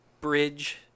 bridge